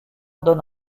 donne